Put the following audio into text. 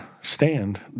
stand